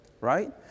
right